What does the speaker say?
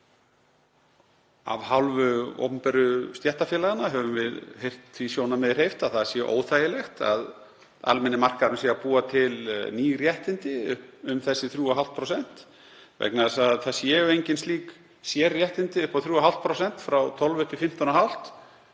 Af hálfu opinberu stéttarfélaganna höfum við heyrt því sjónarmiði hreyft að það sé óþægilegt að almenni markaðurinn sé að búa til ný réttindi um þessi 3,5% vegna þess að það séu engin slík sérréttindi upp á 3,5%, frá 12–15,5%,